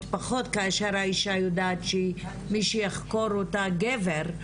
פחות כאשר האישה יודעת שמי שיחקור אותה זה גבר,